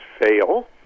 fail